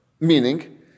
Meaning